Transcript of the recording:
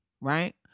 Right